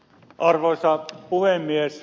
arvoisa puhemies